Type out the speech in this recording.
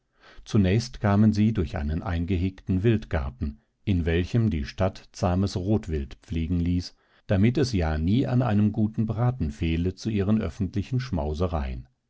zunächst kamen sie durch einen eingehegten wildgarten in welchem die stadt zahmes rotwild pflegen ließ damit es ja nie an einem guten braten fehle zu ihren öffentlichen